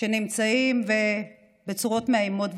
שנמצאים בצורות מאיימות.